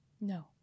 no